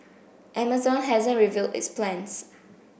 amazon hasn't revealed its plans